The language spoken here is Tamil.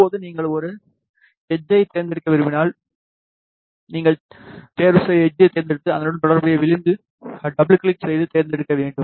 இப்போது நீங்கள் ஒரு எக்ஜை தேர்ந்தெடுக்க விரும்பினால் நீங்கள் தேர்வு எக்ஜ் தேர்ந்தெடுத்து அதனுடன் தொடர்புடைய விளிம்பில் டபுள்கிளிக் செய்து தேர்ந்தெடுக்க வேண்டும்